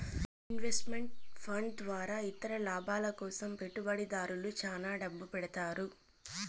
invest meant fund ద్వారా ఇతర లాభాల కోసం పెట్టుబడిదారులు శ్యాన డబ్బు పెడతారు